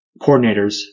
coordinators